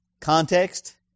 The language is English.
Context